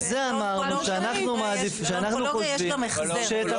על זה אמרנו שאנחנו מעדיפים שאת המשאבים --- אבל